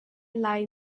lai